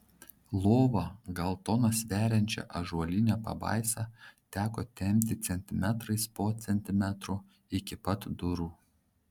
lova gal toną sveriančią ąžuolinę pabaisą teko tempti centimetras po centimetro iki pat durų